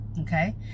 okay